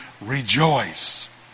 rejoice